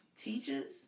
Teachers